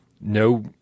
No